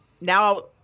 now